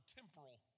temporal